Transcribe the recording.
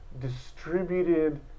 distributed